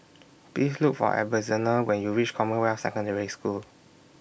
Please Look For Ebenezer when YOU REACH Commonwealth Secondary School